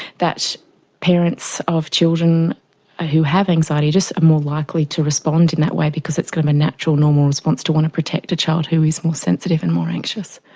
that parents of children who have anxiety just are more likely to respond in that way because it's kind of a natural, normal response to want to protect a child who is more sensitive and more anxious.